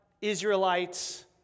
Israelites